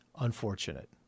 unfortunate